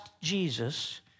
Jesus